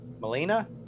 Melina